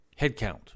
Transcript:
headcount